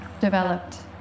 developed